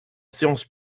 séance